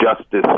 justice